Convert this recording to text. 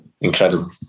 incredible